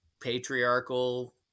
patriarchal